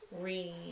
read